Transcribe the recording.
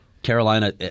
Carolina